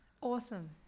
awesome